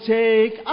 take